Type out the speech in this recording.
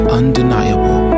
undeniable